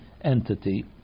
entity